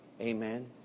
Amen